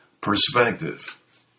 perspective